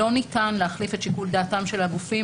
לא ניתן להחליף את שיקול דעתם של הגופים,